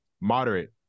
moderate